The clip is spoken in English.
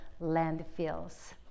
landfills